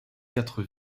quatre